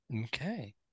Okay